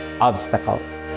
obstacles